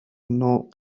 نوع